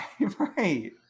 Right